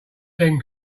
then